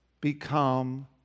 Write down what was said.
become